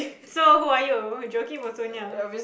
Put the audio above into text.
so who are you Joakim or Sonia